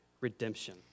redemption